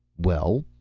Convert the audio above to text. well?